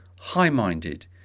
high-minded